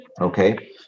okay